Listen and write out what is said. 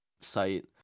site